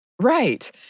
Right